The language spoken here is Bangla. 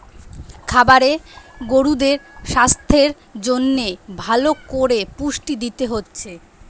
খামারে গরুদের সাস্থের জন্যে ভালো কোরে পুষ্টি দিতে হচ্ছে